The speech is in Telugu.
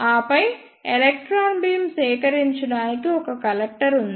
ఆపై ఎలక్ట్రాన్ బీమ్ సేకరించడానికి ఒక కలెక్టర్ ఉంది